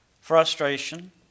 frustration